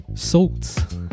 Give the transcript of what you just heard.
salt